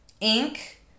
Ink